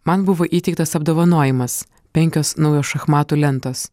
man buvo įteiktas apdovanojimas penkios naujos šachmatų lentos